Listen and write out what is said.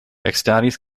ekstaris